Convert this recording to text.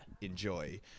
enjoy